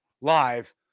live